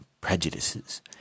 prejudices